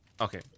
Okay